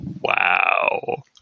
Wow